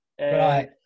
Right